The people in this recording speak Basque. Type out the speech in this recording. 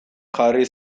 jarri